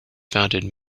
founded